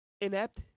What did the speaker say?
inept